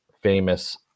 famous